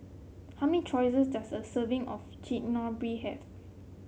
how many does a serving of Chigenabe have